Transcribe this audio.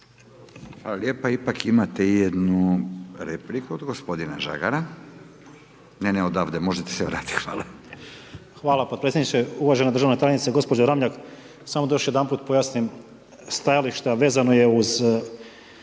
(Nezavisni)** Ipak imate jednu repliku od gospodina Žagara. Ne, ne odavde možete se vratit, hvala. **Žagar, Tomislav (Nezavisni)** Hvala podpredsjedniče, uvažena državna tajnica gospođa Ramljak samo da još jedanput pojasnim stajališta vezano je uz